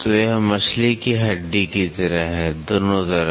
तो यह मछली की हड्डी की तरह है दोनों तरफ